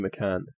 McCann